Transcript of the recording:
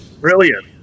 Brilliant